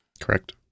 Correct